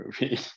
movie